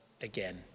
again